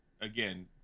Again